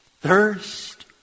thirst